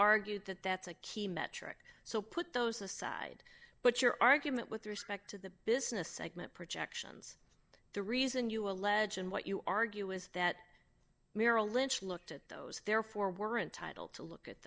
argued that that's a key metric so put those aside but your argument with respect to the business segment projections the reason you allege and what you argue is that merrill lynch looked at those therefore weren't title to look at